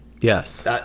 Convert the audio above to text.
yes